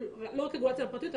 לא רק רגולציה פרטית,